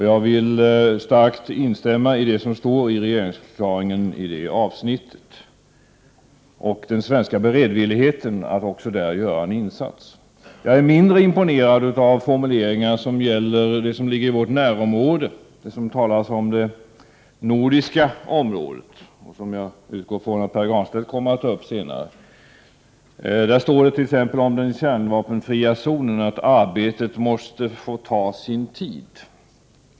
Jag vill starkt instämma i det som står i regeringsförklaringen i det avsnitt som rör den svenska beredvilligheten att också där göra en insats. Jag är mindre imponerad av formuleringar som gäller det som ligger i vårt närområde, det som benämns det nordiska området. Jag utgår från att Pär Granstedt kommer att ta upp det senare. Där står t.ex. om den kärnvapenfria zonen att arbetet måste få ta sin tid.